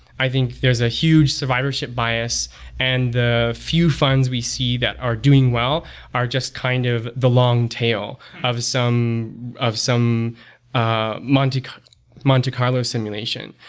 i think there's a huge survivorship bias and the few funds we see that are doing well are just kind of the long tail of some of some ah monte monte carlo simulation.